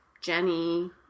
Jenny